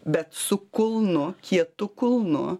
bet su kulnu kietu kulnu